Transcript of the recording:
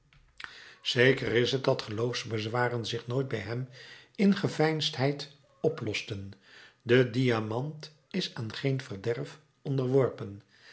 zeker is het dat geloofsbezwaren zich nooit bij hem in geveinsdheid oplosten de diamant is aan geen verderf onderworpen